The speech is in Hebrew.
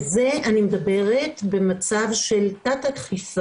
על מדברת על זה במצב של תת-אכיפה.